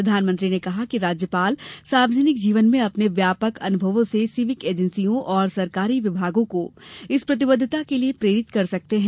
प्रधानमंत्री ने कहा कि राज्यपाल सार्वजनिक जीवन में अपने व्यापक अनुभवों से सिविक एजेंसियों और सरकारी विभागों को इस प्रतिबद्धता के लिए प्रेरित कर सकते हैं